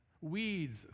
weeds